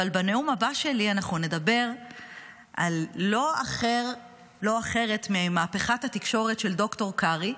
אבל בנאום הבא שלי אנחנו נדבר על לא אחרת ממהפכת התקשורת של ד"ר קרעי,